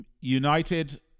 United